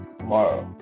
Tomorrow